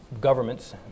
governments